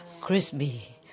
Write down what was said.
crispy